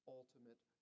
ultimate